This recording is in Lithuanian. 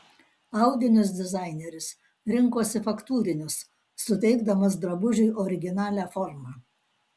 audinius dizaineris rinkosi faktūrinius suteikdamas drabužiui originalią formą